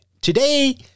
today